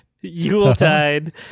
Yuletide